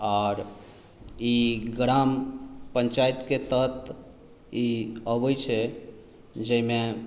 आओर ई ग्राम पञ्चायतकेँ तहत ई अबै छै जाहिमे